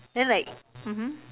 then like mmhmm